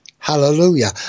Hallelujah